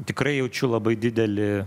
tikrai jaučiu labai didelį